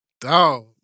Dog